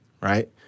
right